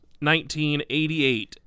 1988